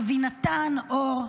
אבינתן אור,